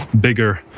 bigger